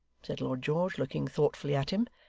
said lord george, looking thoughtfully at him.